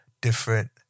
different